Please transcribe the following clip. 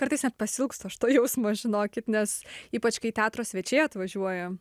kartais net pasiilgstu aš to jausmo žinokit nes ypač kai teatro svečiai atvažiuoja